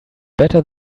better